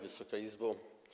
Wysoka Izbo!